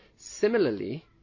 Similarly